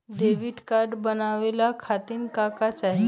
Debit card बनवावे खातिर का का चाही?